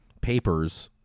papers